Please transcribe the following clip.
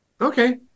Okay